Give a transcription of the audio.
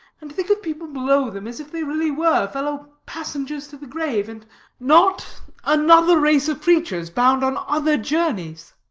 and to think of people below them as if they really were fellow-passengers to the grave, and not another race of creatures bound on other journeys.